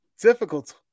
difficult